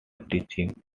teaching